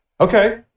Okay